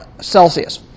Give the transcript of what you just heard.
Celsius